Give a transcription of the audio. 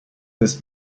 this